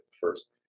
first